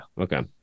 Okay